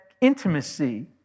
intimacy